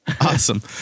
awesome